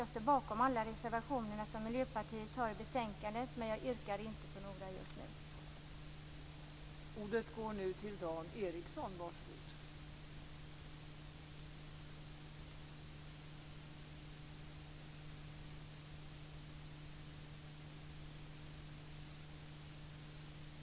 Jag står bakom alla de reservationer som Miljöpartiet har till betänkandet, men jag yrkar inte bifall till någon just nu.